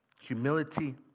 humility